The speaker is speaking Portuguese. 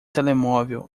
telemóvel